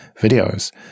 videos